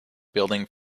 building